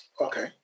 Okay